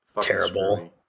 terrible